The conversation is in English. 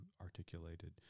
articulated